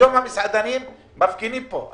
היום המסעדנים מפגינים כאן.